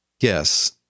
Yes